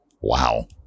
Wow